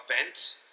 event